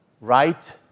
right